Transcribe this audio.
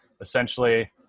essentially